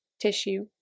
tissue